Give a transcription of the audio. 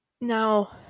now